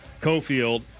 Cofield